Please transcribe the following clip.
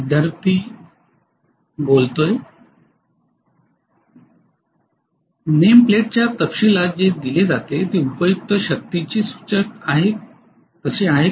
विद्यार्थी नेम प्लेटच्या तपशीलात जे दिले जाते ते उपयुक्त शक्तीचे सूचक आहे तसे आहे का